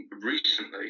recently